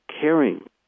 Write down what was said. caring